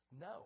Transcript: no